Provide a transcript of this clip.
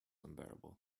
unbearable